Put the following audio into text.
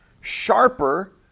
sharper